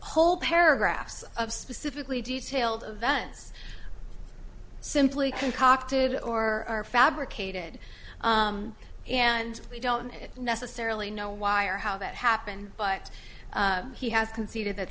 whole paragraphs of specifically detailed events simply concocted or fabricated and we don't necessarily know why or how that happened but he has conceded that